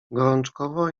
gorączkowo